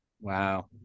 Wow